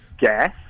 gas